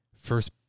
first